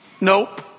Nope